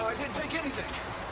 didn't take anything.